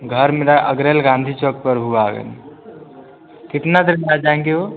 घर मेरा अगरेल गांधी चौक पर हुआ है कितनी देर में आ जाएँगे वह